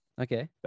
Okay